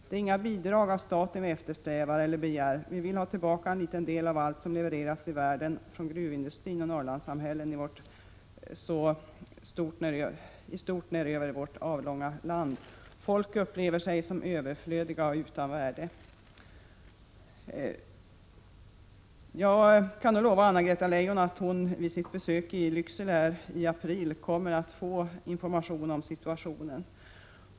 Det är inga bidrag av staten vi eftersträvar eller begär — vi vill ha tillbaka en liten del av allt som levererats i värden från gruvindustrin och Norrlandssamhällen i stort ner över vårt avlånga land.” —-—- ”Folk upplever sig som överflödiga och utan värde.” Jag kan nog lova Anna-Greta Leijon att hon vid sitt besök i Lycksele i april kommer att få information om situationen.